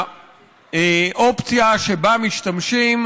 שבה משתמשים